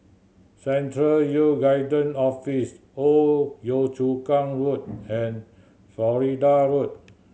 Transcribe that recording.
Central Youth Guidance Office Old Yio Chu Kang Road and Florida Road